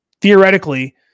theoretically